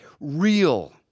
real